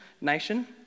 nation